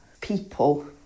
people